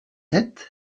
sept